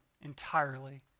entirely